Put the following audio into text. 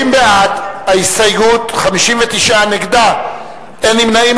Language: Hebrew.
30 בעד ההסתייגות, 59 נגדה, אין נמנעים.